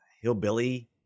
hillbilly